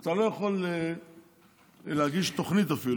אתה לא יכול אפילו להגיש תוכנית.